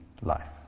life